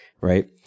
right